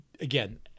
Again